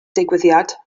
digwyddiad